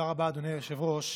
תודה רבה, אדוני היושב-ראש.